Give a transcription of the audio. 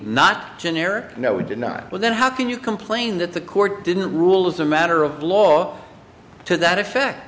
not generic no did not well then how can you complain that the court didn't rule as a matter of law to that effect